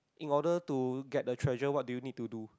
in order to get the treasure what do you need to do